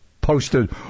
posted